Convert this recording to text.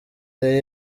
the